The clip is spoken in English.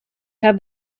have